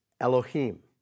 Elohim